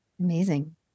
Amazing